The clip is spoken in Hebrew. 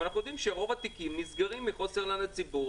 אנחנו יודעים שרוב התיקים נסגרים מחוסר עניין לציבור.